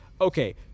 okay